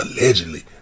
allegedly